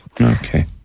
Okay